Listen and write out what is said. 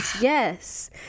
yes